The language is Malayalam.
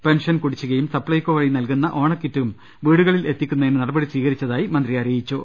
പെൻഷൻ കുടിശ്ശികയും സപ്ലൈകോ വഴി നൽകുന്ന ഓണക്കിറ്റും വീടുകളിൽ എത്തിക്കുന്നതിന് നടപടി സ്വീകരിച്ചതായും മന്ത്രി അറിയിച്ചു